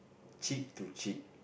cheek to cheek